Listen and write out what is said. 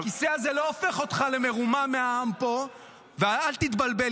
הכיסא הזה לא הופך אותך למורם מעם פה, ואל תתבלבל.